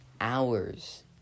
hours